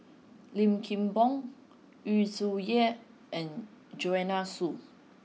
Lim Kim Boon Yu Zhuye and Joanne Soo